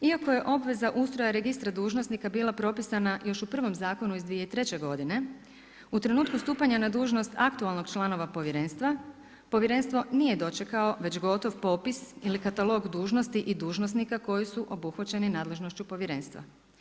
Iako je obveza ustroja registra dužnosnika bila propisana još u prvom zakonu iz 2003. godine, u trenutku stupanja na dužnost aktualnog članova Povjerenstva, Povjerenstvo nije dočekao već gotov popis ili katalog dužnosti i dužnosnika koji su obuhvaćeni nadležnošću Povjerenstva.